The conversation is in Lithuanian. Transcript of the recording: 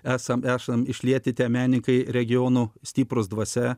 esam esam išliekite menininkai regiono stiprūs dvasia